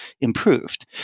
improved